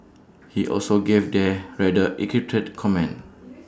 he also gave their rather cryptic comment